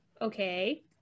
Okay